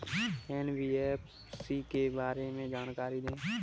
NBFC के बारे में जानकारी दें?